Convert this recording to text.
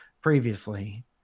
previously